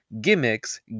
gimmicks